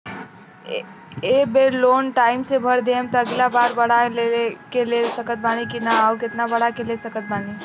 ए बेर loan time से भर देहम त अगिला बार बढ़ा के ले सकत बानी की न आउर केतना बढ़ा के ले सकत बानी?